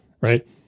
right